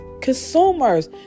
consumers